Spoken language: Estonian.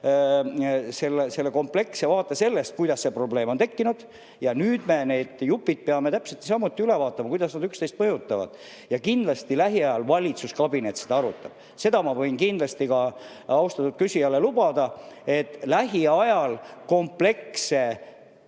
selle kompleksse vaate sellest, kuidas see probleem on tekkinud. Ja nüüd me need jupid peame täpselt samuti üle vaatama, kuidas need üksteist mõjutavad, ja kindlasti lähiajal valitsuskabinet seda arutab. Seda ma võin kindlasti ka austatud küsijale lubada, et lähiajal kompleksse